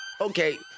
Okay